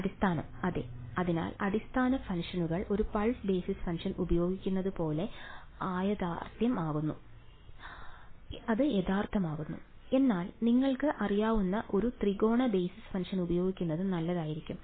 അടിസ്ഥാനം അതെ അതിനാൽ അടിസ്ഥാന ഫംഗ്ഷനുകൾ ഒരു പൾസ് ബേസിസ് ഫംഗ്ഷൻ ഉപയോഗിക്കുന്നത് പോലെ അയഥാർത്ഥമാകാം എന്നാൽ നിങ്ങൾക്ക് അറിയാവുന്ന ഒരു ത്രികോണ ബേസിസ് ഫംഗ്ഷൻ ഉപയോഗിക്കുന്നത് നല്ലതായിരിക്കാം